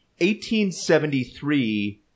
1873